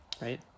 right